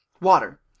water